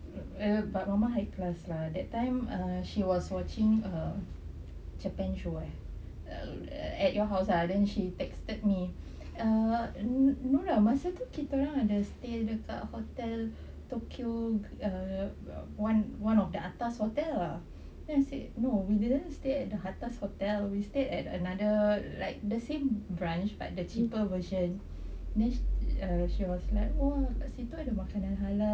ya but mama high class lah that time ah she was watching her japan show eh at at your house lah then she texted me err nura masa tu kita ada stay dekat hotel tokyo one one of the atas hotel lah then I say no we didn't stay at the atas hotel we stayed at another like the same branch but the cheaper version then she was like !wah! situ ada makanan halal